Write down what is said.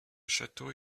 château